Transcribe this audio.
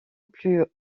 plus